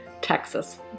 Texas